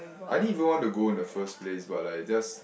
I didn't even want to go in the first place but I just